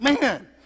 man